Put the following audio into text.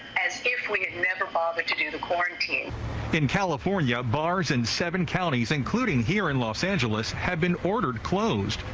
as if we had never bothered to do the quarantine. reporter in california, bars in seven counties including here in los angeles had been ordered closed,